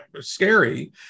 scary